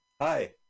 Hi